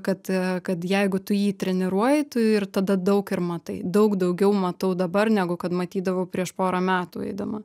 kad kad jeigu tu jį treniruoji tu ir tada daug ir matai daug daugiau matau dabar negu kad matydavau prieš porą metų eidama